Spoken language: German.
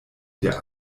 der